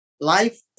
Life